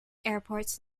airports